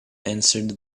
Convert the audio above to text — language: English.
answered